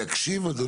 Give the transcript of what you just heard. יקשיב אדוני.